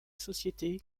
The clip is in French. société